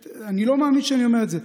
אני לא מאמין שאני אומר את זה,